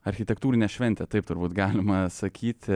architektūrinę šventę taip turbūt galima sakyti